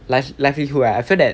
live~ livelihood right I feel that